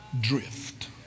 Drift